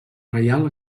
reial